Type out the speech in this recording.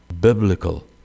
biblical